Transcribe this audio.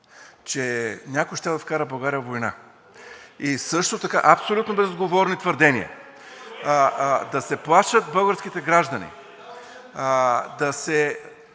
че някой щял да вкара България във война. И също така абсолютно безотговорни твърдения да се плашат българските граждани, да